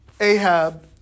Ahab